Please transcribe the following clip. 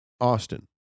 Austin